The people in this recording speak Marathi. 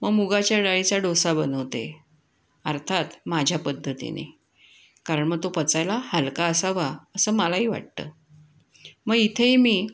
मग मुगाच्या डाळीचा डोसा बनवते अर्थात माझ्या पद्धतीने कारण मग तो पचायला हलका असावा असं मलाही वाटतं मग इथेही मी